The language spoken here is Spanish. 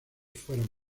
fueron